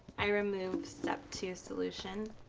i remove step two solution,